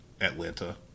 Atlanta